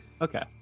Okay